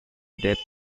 depth